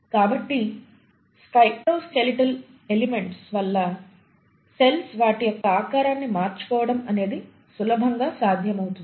కాబట్టి cytoskeletal elements వల్ల cells వాటి యొక్క ఆకారాన్ని మార్చుకోవడం అనేది సులభంగా సాధ్యమవుతుంది